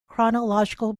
chronological